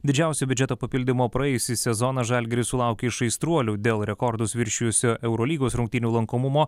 didžiausio biudžeto papildymo praėjusį sezoną žalgiris sulaukė iš aistruolių dėl rekordus viršijusio eurolygos rungtynių lankomumo